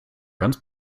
ganz